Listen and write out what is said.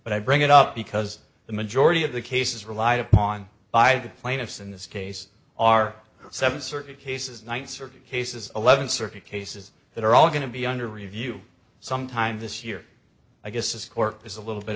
but i bring it up because the majority of the cases relied upon by the plaintiffs in this case are seventh circuit cases ninth circuit cases eleventh circuit cases that are all going to be under review sometime this year i guess this court is a little bit